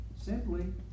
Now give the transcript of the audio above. simply